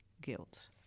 guilt